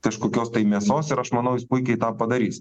kažkokios tai mėsos ir aš manau jis puikiai tą padarys